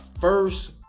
first